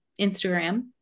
Instagram